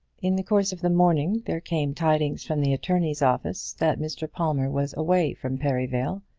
in the course of the morning there came tidings from the attorney's office that mr. palmer was away from perivale,